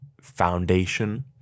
foundation